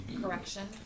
Correction